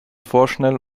vorschnell